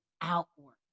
outward